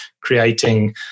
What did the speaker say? creating